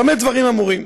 במה דברים אמורים?